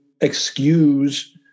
excuse